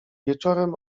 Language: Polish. wieczorem